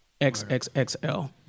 XXXL